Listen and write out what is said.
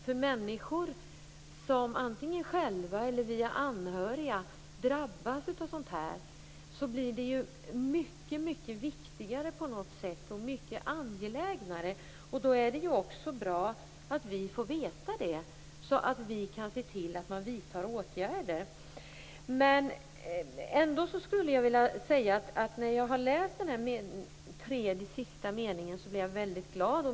För människor som antingen själva eller via anhöriga drabbas av sådant här, blir det ju på något sätt mycket viktigare och angelägnare. Då är det också bra att vi får veta det, så att vi kan se till att man vidtar åtgärder. Jag skulle ändå vilja säga att jag blev väldigt glad när jag läste den här tredje meningen från slutet.